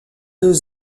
deux